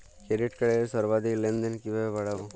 Credit কার্ডের সর্বাধিক লেনদেন কিভাবে বাড়াবো?